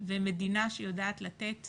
ומדינה שיודעת לתת